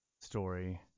story